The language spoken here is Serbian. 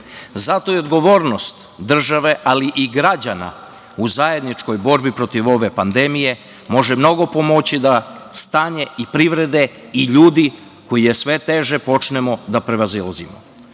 Zato je odgovornost države, ali i građana u zajedničkoj borbi protiv ove pandemije može mnogo pomoći da stanje i privrede i ljudi, koje je sve teže, počnemo da prevazilazimo.S